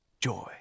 joy